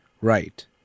right